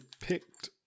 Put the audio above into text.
picked